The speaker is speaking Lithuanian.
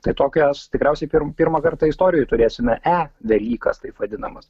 tai tokias tikriausiai pirm pirmą kartą istorijoj turėsime e velykas taip vadinamas